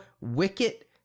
Wicket